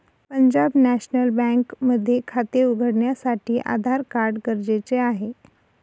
Punjab national bank मध्ये खाते उघडण्यासाठी आधार कार्ड गरजेचे आहे